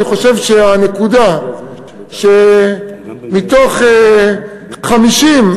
אני חושב שהנקודה שמתוך 50,